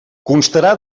constarà